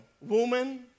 Woman